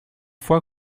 fois